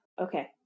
Okay